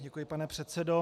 Děkuji, pane předsedo.